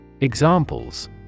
Examples